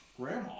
Grandma